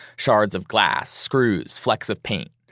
shards of glass, screws, flecks of paint,